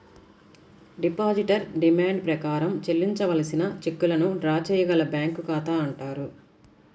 depositor demand ప్రకారం చెల్లించవలసిన చెక్కులను డ్రా చేయగల బ్యాంకు ఖాతా అంటారు